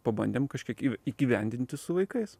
pabandėm kažkiek įgyvendinti su vaikais